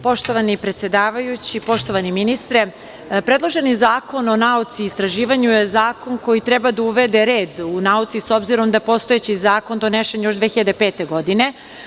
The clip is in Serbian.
Poštovani predsedavajući, poštovani ministre, predloženi Zakon o nauci i istraživanju je zakon koji treba da uvede red u nauci, s obzirom da je postojeći zakon donesen još 2005. godine.